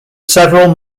several